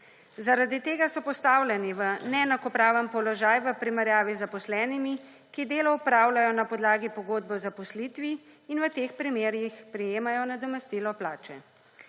Zaradi tega so postavljeni v neenakopraven položaj v primerjavi z zaposlenimi, ki delo opravljajo na podlagi pogodbe o zaposlitvi in v teh primerih prejemajo nadomestilo plače.